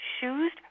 shoes